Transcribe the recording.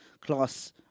class